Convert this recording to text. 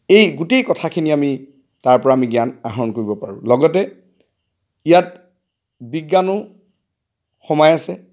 এই গোটেই কথাখিনি আমি তাৰপৰা আমি জ্ঞান আহৰণ কৰিব পাৰোঁ লগতে ইয়াত বিজ্ঞানো সোমাই আছে